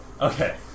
Okay